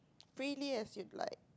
freely as you like